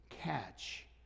catch